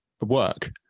work